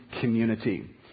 community